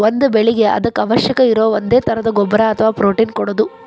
ಒಂದ ಬೆಳಿಗೆ ಅದಕ್ಕ ಅವಶ್ಯಕ ಇರು ಒಂದೇ ತರದ ಗೊಬ್ಬರಾ ಅಥವಾ ಪ್ರೋಟೇನ್ ಕೊಡುದು